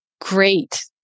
great